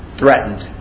threatened